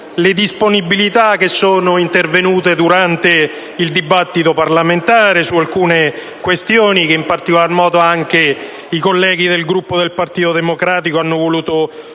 la disponibilità che è stata mostrata durante il dibattito parlamentare su alcune questioni che, in particolar modo anche i colleghi del gruppo del Partito Democratico, hanno voluto sollevare,